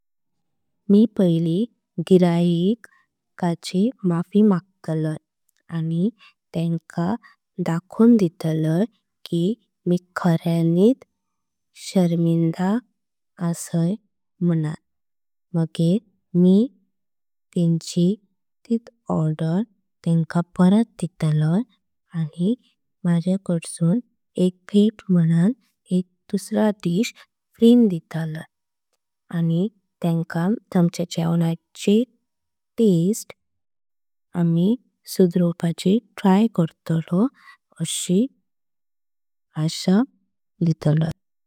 मी पहली गिरेहीकाची माफी मागतलंय आणि। तेंका धाकों दिलंय कि मी खर्यानीत दोशी असय। म्हणण मगेर मी तेंका तेंची तित ऑर्डर दिलंय। पण फ्री दिलंय आणि माझ्या कडसून एक भेट। म्हणण तेंका कायय बरं दुसरे फ्री डिश दिलंय। आणि तेका आमच्या जेवणाची चाव। बरी करतंलय अशी आशा दिलंय।